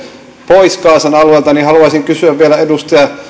pois gazan alueelta niin haluaisin kysyä vielä edustaja